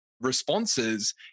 responses